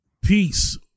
Peace